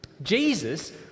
Jesus